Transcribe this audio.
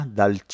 dal